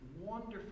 wonderful